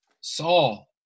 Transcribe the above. Saul